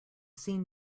scene